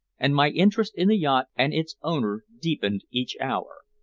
and my interest in the yacht and its owner deepened each hour.